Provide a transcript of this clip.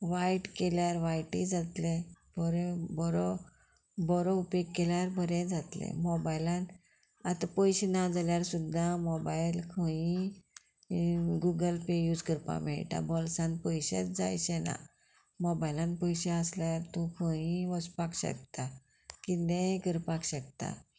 वायट केल्यार वायटय जातलें बरो बरो बरो उपेग केल्यार बरें जातलें मोबायलान आतां पयशें ना जाल्यार सुद्दां मोबायल खंयी गुगल पे यूज करपाक मेळटा बॉल्सान पयशेच जाय अशें ना मोबायलान पयशे आसल्यार तूं खंयी वचपाक शकता किदेंय करपाक शकता